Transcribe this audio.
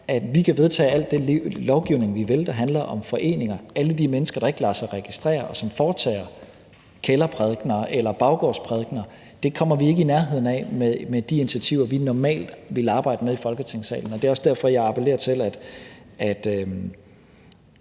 at vi kan vedtage al den lovgivning, vi vil, der handler om foreninger, men alle de mennesker, der ikke lader sig registrere, og som holder kælderprædikener eller baggårdsprædikener, kommer vi ikke i nærheden af med de initiativer, vi normalt ville arbejde med i Folketingssalen. Det er også derfor, jeg appellerer til, at